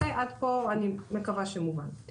אני מקווה שמובן עד לפה.